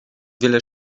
wiele